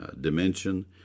dimension